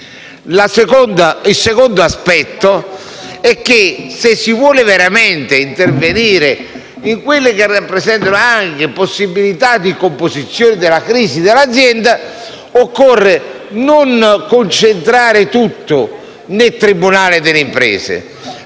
Dall'altro se si vuole veramente intervenire nelle situazioni che rappresentano anche possibilità di composizione della crisi dell'azienda, occorre non concentrare tutto nel tribunale delle imprese.